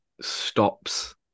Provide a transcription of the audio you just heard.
stops